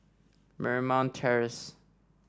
Marymount Terrace